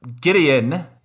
Gideon